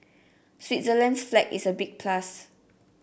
Switzerland's flag is a big plus